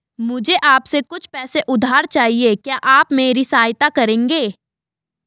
मुझे आपसे कुछ पैसे उधार चहिए, क्या आप मेरी सहायता करेंगे?